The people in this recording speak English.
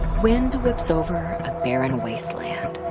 wind whips over a barren wasteland.